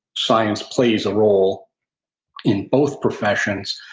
science plays a role in both professions,